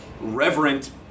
reverent